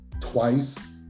twice